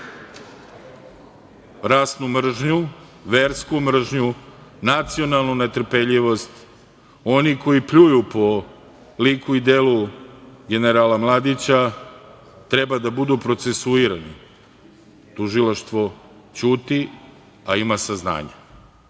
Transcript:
rasnu mržnju, versku mržnju, nacionalnu netrpeljivost, oni koji pljuju po liku i delu generala Mladića, treba da budu procesuirani. Tužilaštvo ćuti, a ima saznanja.